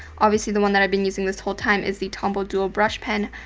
obviously, the one that i've been using this whole time is the tombow dual brush pen,